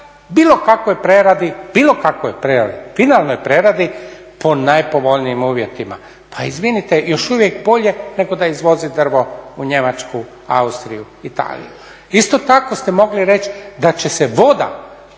Mora ga dat bilo kakvoj preradi, finalnoj preradi po najpovoljnijim uvjetima. Pa izvinite, još uvijek bolje nego da izvozi drvo u Njemačku, Austriju, Italiju. Isto tako ste mogli reći da će se voda